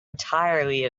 entirely